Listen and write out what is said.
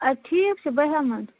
اَدٕ ٹھیٖک چھُ بہٕ ہٮ۪من